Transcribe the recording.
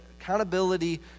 accountability